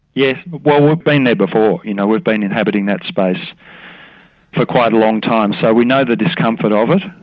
yeah but well we've been there before. you know we've been inhabiting that space for quite a long time so we know the discomfort of it.